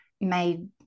made